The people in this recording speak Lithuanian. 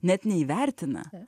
net neįvertina